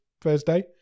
Thursday